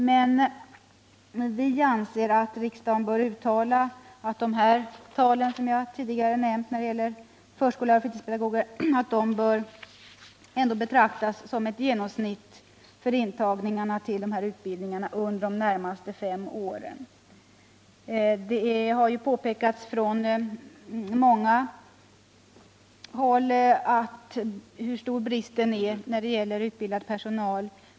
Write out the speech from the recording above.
Men vi anser att riksdagen bör uttala att de tal som jag tidigare nämnt när det gäller förskollärare och fritidspedagoger bör betraktas som ett genomsnitt för intagningarna till resp. utbildningar under de närmaste fem åren. Det har påpekats från många håll hur stor bristen är när det gäller utbildad personal.